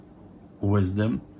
wisdom